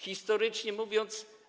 Historycznie mówiąc.